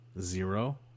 zero